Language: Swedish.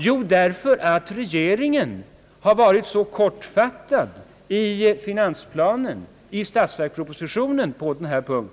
Jo, därför att regeringen i finansplanen och staisverkspropositionen varit så kortfattad härvidlag.